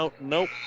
Nope